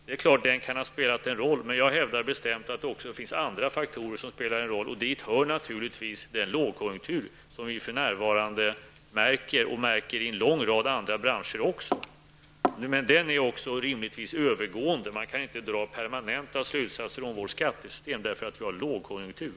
Det är klart att den kan ha spelat en roll, men jag hävdar bestämt att det också finns andra faktorer som spelar en roll, och dit hör naturligtvis den lågkonjunktur som vi för närvarande märker även i en lång rad andra branscher. Men den är också rimligtvis övergående. Man kan inte dra permanenta slutsatser om vårt skattesystem av att vi har lågkonjunktur.